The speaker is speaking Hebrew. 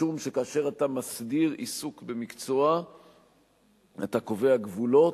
משום שכאשר אתה מסדיר עיסוק במקצוע אתה קובע גבולות,